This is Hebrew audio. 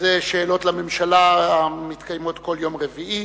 שזה שאלות לממשלה המתקיימות כל יום רביעי